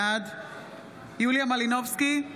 בעד יוליה מלינובסקי,